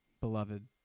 beloved